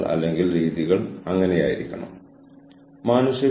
അതിനർത്ഥം തീരുമാനമെടുക്കുന്നവർക്കിടയിൽ പൊരുത്തക്കേട് ഉണ്ടെന്ന് മനസ്സിലാക്കാം എന്നാണ്